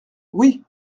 oui